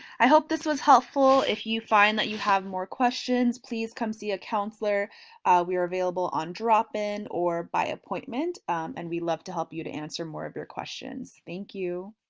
i hope this was helpful if you find that you have more questions please come see a counselor we are available on drop-in or by appointment and we'd love to help you to answer more of your questions. thank you